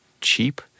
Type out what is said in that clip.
cheap